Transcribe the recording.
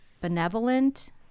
benevolent